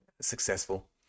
successful